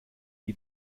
wie